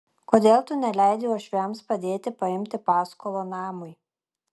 kodėl tu neleidi uošviams padėti paimti paskolą namui